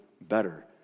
better